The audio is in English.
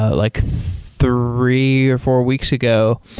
ah like three or four weeks ago.